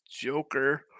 Joker